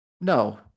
No